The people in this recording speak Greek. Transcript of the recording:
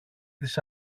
της